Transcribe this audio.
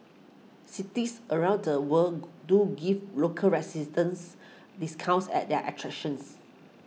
cities around the world do give local resistance discounts at their attractions